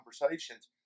conversations